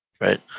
Right